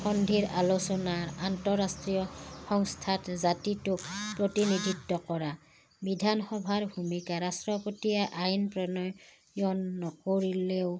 সন্ধিৰ আলোচনাৰ আন্তঃৰাষ্ট্ৰীয় সংস্থাত জাতিটোক প্ৰতিনিধিত্ব কৰা বিধানসভাৰ ভূমিকা ৰাষ্ট্ৰপতিয়ে আইন প্ৰণয়ন নকৰিলেও